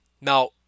Now